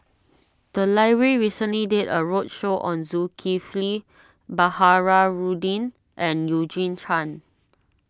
the library recently did a roadshow on Zulkifli Baharudin and Eugene Chen